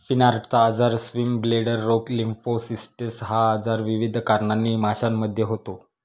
फिनार्टचा आजार, स्विमब्लेडर रोग, लिम्फोसिस्टिस हा आजार विविध कारणांनी माशांमध्ये होतो